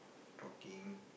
talking